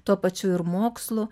tuo pačiu ir mokslu